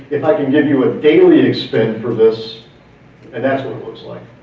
if i can give you a daily expend for this and that's what it looks like.